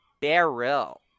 Barrel